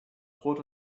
brot